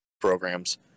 programs